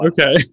okay